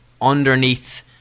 underneath